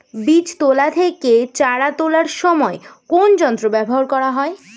বীজ তোলা থেকে চারা তোলার সময় কোন যন্ত্র ব্যবহার করা হয়?